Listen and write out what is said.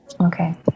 Okay